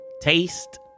Taste